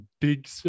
big